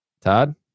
Todd